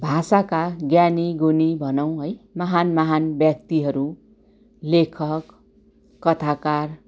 भाषाका ज्ञानी गुणी भनौँ है महान् महान् व्यक्तिहरू लेखक कथाकार